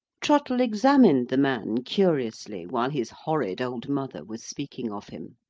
trottle examined the man curiously, while his horrid old mother was speaking of him.